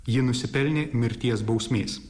ji nusipelnė mirties bausmės